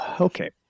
okay